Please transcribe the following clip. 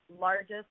largest